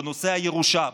בנושא הירושה,